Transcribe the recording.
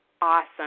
awesome